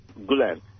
Gulen